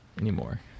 anymore